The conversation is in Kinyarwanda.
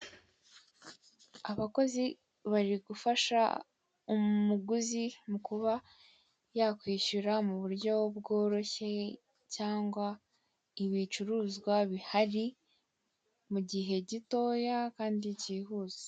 Abakozi bari gufasha umuguzi mu kuba yakwishyura mu buryo bworoshye cyangwa ibicuruzwa bihari mu gihe gitoya kandi cyihuse.